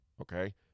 okay